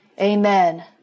Amen